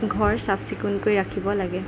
ঘৰ চাফ চিকুণকৈ ৰাখিব লাগে